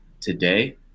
today